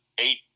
eight